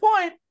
point